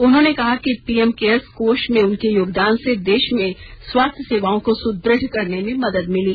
उन्होंने कहा कि पीएम केयर्स कोष में उनके योगदान से देश में स्वास्थ्य सेवाओं को सुदृढ़ करने में मदद मिली